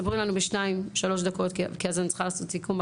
תספרי לנו ב-2-3 דקות כי אז אני צריכה לעשות סיכום.